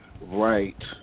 right